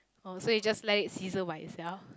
oh so you just let it sizzle by itself